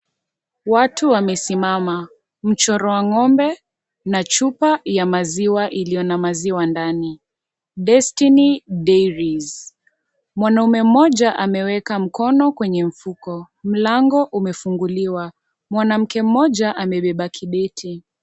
Watu wamesimama. Mchoro wa ng'ombe na chupa ya maziwa iliyo na maziwa ndani. Destiny Dairies . Mwanaume mmoja ameweka mkono kwenye mfukoni. Mlango umefunguliwa. Mwanamke mmoja amebeba kibeti.